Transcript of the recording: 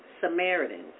Samaritans